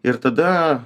ir tada